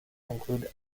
include